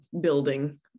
building